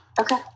okay